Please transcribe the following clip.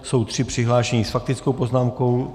Jsou tři přihlášení s faktickou poznámkou.